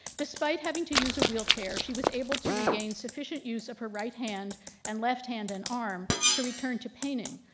despite having to use a wheelchair she was able to regain sufficient use of her right hand and left hand and arm to return to painting.